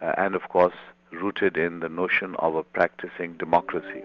and of course rooted in the notion of a practising democracy.